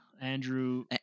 Andrew